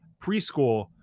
preschool